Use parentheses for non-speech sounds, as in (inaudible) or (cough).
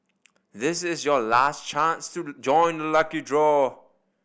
this is your last chance to (unintelligible) join the lucky draw